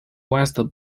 west